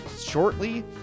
shortly